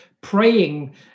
praying